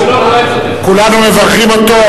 כולנו מברכים אותו,